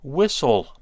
Whistle